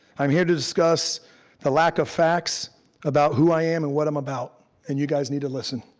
i'm here to discuss the lack of facts about who i am and what i'm about and you guys need to listen.